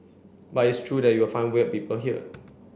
but it's true that you'll find weird people here